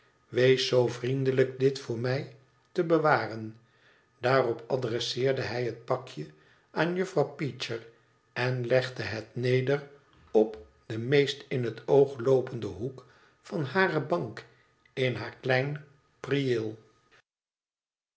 wees zoo vriendelijk dit voor mij te bewaren daarop adresseerde hij het pakje aan jufifrouw peecher en legde het neder op den meest in het oog loopenden hoek van hare bank in haar klein prieel